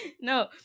no